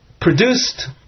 produced